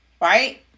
right